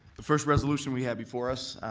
the first resolution we have before us,